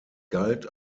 galt